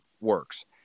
works